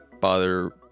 bother